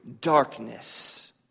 darkness